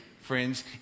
friends